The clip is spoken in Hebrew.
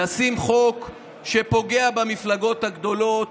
לשים חוק שפוגע במפלגות הגדולות.